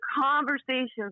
conversations